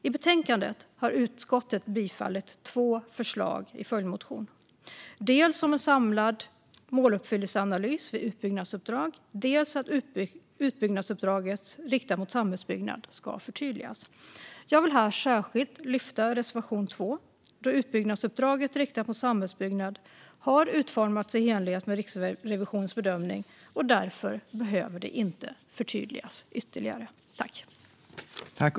I betänkandet har utskottet tillstyrkt två förslag i en följdmotion, dels om en samlad måluppfyllelseanalys vid utbyggnadsuppdrag, dels om att utbyggnadsuppdraget riktat mot samhällsbyggnad ska förtydligas. Jag vill här särskilt lyfta fram reservation 2, då utbyggnadsuppdraget riktat mot samhällsbyggnad har utformats i enlighet med Riksrevisionens bedömning och därför inte behöver förtydligas ytterligare. Jag yrkar alltså bifall till reservation 2.